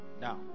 Now